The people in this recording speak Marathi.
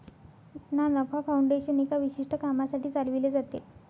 ना नफा फाउंडेशन एका विशिष्ट कामासाठी चालविले जाते